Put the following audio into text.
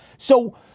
so